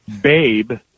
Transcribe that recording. babe